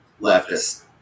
leftist